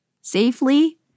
safely